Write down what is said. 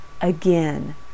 Again